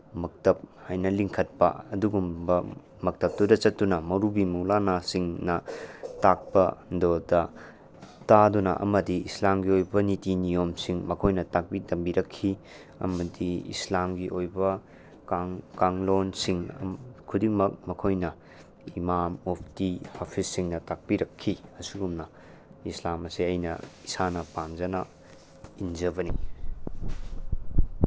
ꯃꯛꯇꯞ ꯍꯥꯏꯅ ꯂꯤꯡꯈꯠꯄꯥ ꯑꯗꯨꯒꯨꯝꯕ ꯃꯛꯇꯞꯇꯨꯗ ꯆꯠꯇꯨꯅ ꯃꯧꯔꯨꯕꯤ ꯃꯧꯂꯥꯅꯥꯁꯤꯡꯅ ꯇꯥꯛꯄꯗꯨꯗ ꯇꯥꯗꯨꯅ ꯑꯃꯗꯤ ꯏꯁꯂꯥꯝꯒꯤ ꯑꯣꯏꯕ ꯅꯤꯇꯤ ꯅꯤꯌꯣꯝꯁꯤꯡ ꯃꯈꯣꯏꯅ ꯇꯥꯛꯄꯤ ꯇꯝꯕꯤꯔꯛꯈꯤ ꯑꯃꯗꯤ ꯏꯁꯂꯥꯝꯒꯤ ꯑꯣꯏꯕ ꯀꯥꯡꯂꯣꯟꯁꯤꯡ ꯈꯨꯗꯤꯡꯃꯛ ꯃꯈꯣꯏꯅ ꯏꯃꯥꯝ ꯑꯣꯐꯇꯤ ꯑꯐꯤꯁꯁꯤꯡꯅ ꯇꯥꯛꯄꯤꯔꯛꯈꯤ ꯑꯁꯨꯝꯅ ꯏꯁꯂꯥꯝ ꯑꯁꯦ ꯑꯩꯅ ꯏꯁꯥꯅ ꯄꯥꯝꯖꯅ ꯏꯟꯖꯕꯅꯤ